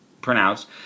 pronounced